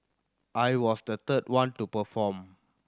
I was the third one to perform